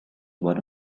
one